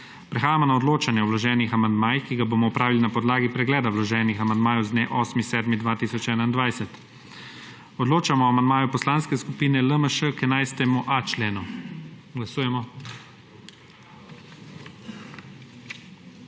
Prehajamo na odločanje o vloženih amandmajih, ki ga bomo opravili na podlagi pregleda vloženih amandmajev z dne 8. 7. 2021. Odločamo o amandmaju Poslanske skupine LMŠ k 11.a členu. Glasujemo.